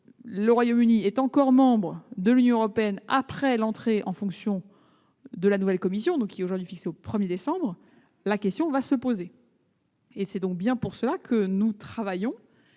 le Royaume-Uni est encore membre de l'Union européenne après l'entrée en fonction de la nouvelle commission, dorénavant fixée au 1 décembre, la question va se poser. C'est donc pour cela que nous travaillons